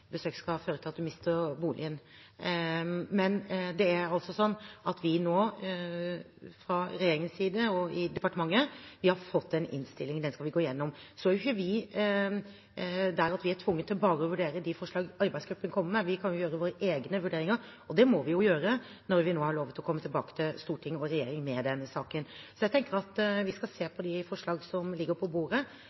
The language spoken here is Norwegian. skal føre til at en mister boligen. Men det er slik at vi nå i regjeringen og i departementet har fått en innstilling, og den skal vi gå igjennom. Så er vi ikke der at vi er tvunget til bare å vurdere de forslagene arbeidsgruppen kommer med. Vi kan gjøre våre egne vurderinger, og det må vi også gjøre når vi nå har lovet å komme tilbake til Stortinget med denne saken. Så jeg tenker at vi skal se på de forslagene som ligger på bordet.